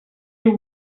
you